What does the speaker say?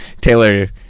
Taylor